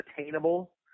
attainable